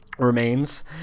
remains